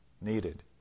needed